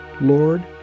Lord